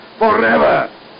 Forever